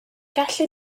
gallu